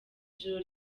ijoro